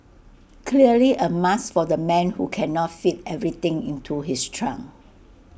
clearly A must for the man who cannot fit everything into his trunk